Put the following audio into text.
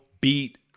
beat